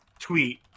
tweet